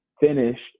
finished